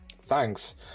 Thanks